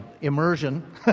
immersion